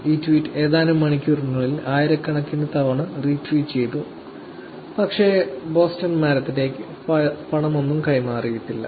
ഈ ട്വീറ്റ് ഏതാനും മണിക്കൂറുകൾക്കുള്ളിൽ ആയിരക്കണക്കിന് തവണ റീട്വീറ്റ് ചെയ്തു പക്ഷേ ബോസ്റ്റൺ മാരത്തണിലേക്ക് പണമൊന്നും കൈമാറിയിട്ടില്ല